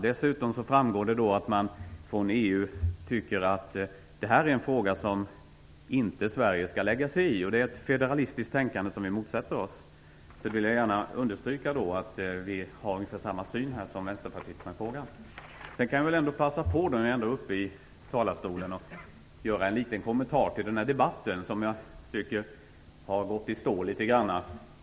Dessutom framgår det att man från EU tycker att det här är en fråga som inte Sverige skall lägga sig i. Det är ett federalistiskt tänkande som vi motsätter oss. Jag vill gärna understryka att vi har ungefär samma syn som Vänsterpartiet i denna fråga. Jag kan väl passa på, när jag nu ändå är uppe i talarstolen, att göra en liten kommentar till debatten, som jag tycker litet gått i stå.